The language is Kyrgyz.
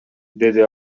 деди